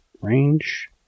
Range